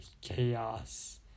chaos